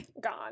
gone